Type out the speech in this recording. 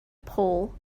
pole